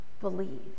believe